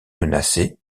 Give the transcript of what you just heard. menacés